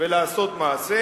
ולעשות מעשה,